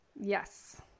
Yes